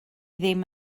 ddim